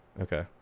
okay